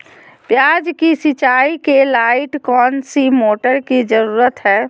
प्याज की सिंचाई के लाइट कौन सी मोटर की जरूरत है?